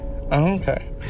Okay